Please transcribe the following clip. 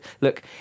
look